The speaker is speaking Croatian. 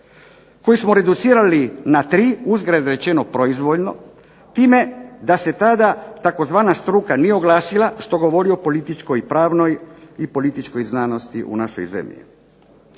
koji smo reducirali na tri uzgred rečeno proizvoljno, time da se tada tzv. struka nije oglasila, što govori o političkoj pravno i političkoj znanosti u našoj zemlji.